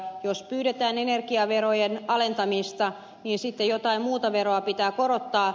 jos pyydetään energiaverojen alentamista niin sitten jotain muuta veroa pitää korottaa